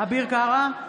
אביר קארה,